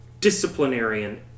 disciplinarian